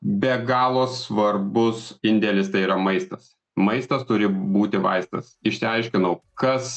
be galo svarbus indėlis tai yra maistas maistas turi būti vaistas išsiaiškinau kas